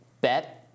bet